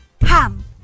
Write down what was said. ham